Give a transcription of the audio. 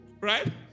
right